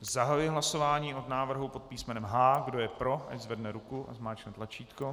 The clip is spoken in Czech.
Zahajuji hlasování o návrhu pod písmenem H. Kdo je pro, ať zvedne ruku a zmáčkne tlačítko.